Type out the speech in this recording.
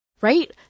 Right